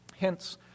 Hence